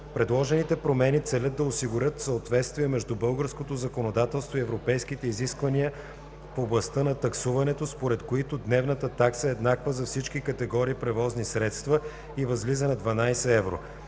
Предложените промени целят да осигурят съответствие между българското законодателство и европейските изисквания в областта на таксуването, според които: „Дневната такса е еднаква за всички категории превозни средства и възлиза на 12 евро”.